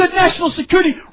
ah national security